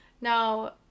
Now